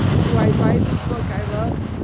do i buy this book i love?